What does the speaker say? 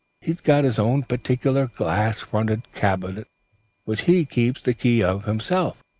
he's got his own particular glass-fronted cupboard which he keeps the key of himself.